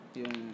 yung